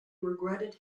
regretted